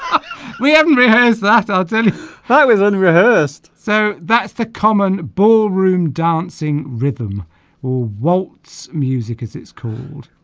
we haven't rehearsed that are ten by with only rehearsed so that's the common ballroom dancing rhythm or waltz music as it's called